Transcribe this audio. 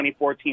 2014